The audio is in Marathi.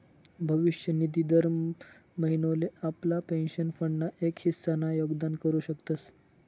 भविष्य निधी दर महिनोले आपला पेंशन फंड ना एक हिस्सा ना योगदान करू शकतस